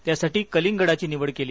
त्यासाठी कलिंगडाची निवड केली